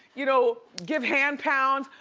you know, give hand pounds.